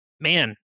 Man